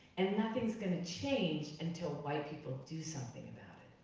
and nothing's gonna change until white people do something about